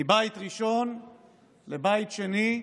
מבית ראשון לבית שני,